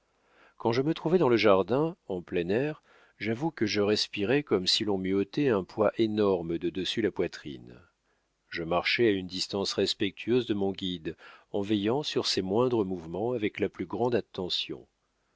quand je me trouvai dans le jardin en plein air j'avoue que je respirai comme si l'on m'eût ôté un poids énorme de dessus la poitrine je marchais à une distance respectueuse de mon guide en veillant sur ses moindres mouvements avec la plus grande attention